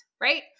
right